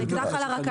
זה אקדח על הרקע.